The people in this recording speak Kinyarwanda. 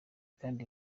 kandi